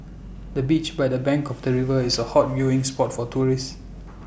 the bench by the bank of the river is A hot viewing spot for tourists